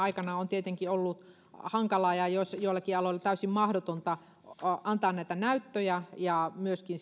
aikana on tietenkin ollut hankalaa ja joillakin aloilla täysin mahdotonta antaa näyttöjä ja myöskin